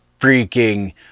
freaking